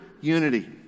unity